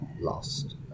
lost